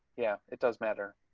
yeah, it does matter.